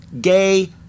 gay